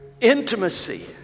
intimacy